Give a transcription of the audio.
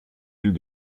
ils